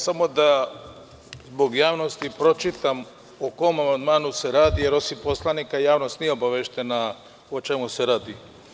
Samo radi javnosti bih pročitao o kom amandmanu se radi, jer, osim poslanika, javnost nije obaveštena o čemu se radi.